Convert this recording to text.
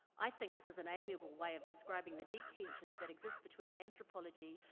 i think this is an amiable way of describing the deep tensions that exist between anthropology,